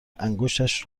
انگشتش